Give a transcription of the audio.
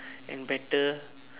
and better